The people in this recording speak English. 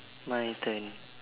my turn